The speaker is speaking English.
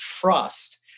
trust